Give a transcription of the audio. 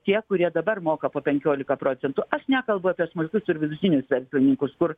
tie kurie dabar moka po penkiolika procentų aš nekalbu apie smulkius ir vidutinius verslininkus kur